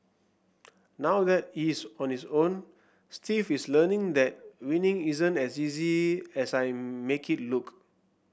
now that he is on his own Steve is learning that winning isn't as easy as I make it look